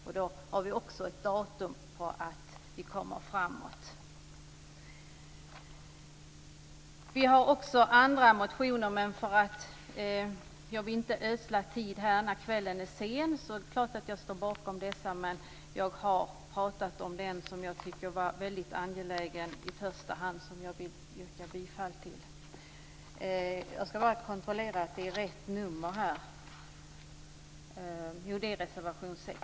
Vi har också andra motioner, men jag vill inte ödsla tid med att ta upp dem eftersom kvällen är sen. Det är klart att jag står bakom dessa, men jag har talat om den reservation som jag tycker är mest angelägen och som jag vill yrka bifall till, reservation 6.